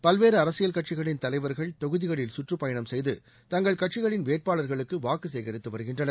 பல்வேறு அரசியல் கட்சிகளின் தலைவர்கள் தொகுதிகளில் சுற்றுப்பயணம் செய்து தங்கள் கட்சிகளின் வேட்பாளர்களுக்கு வாக்கு சேகரித்து வருகின்றனர்